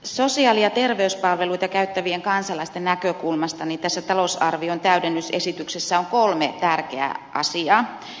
sosiaali ja terveyspalveluita käyttävien kansalaisten näkökulmasta tässä talousarvion täydennysesityksessä on kolme tärkeää asiaa